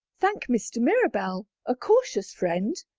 thank mr. mirabell, a cautious friend,